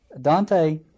Dante